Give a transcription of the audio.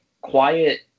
quiet